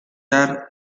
dar